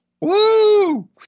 Woo